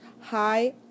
hi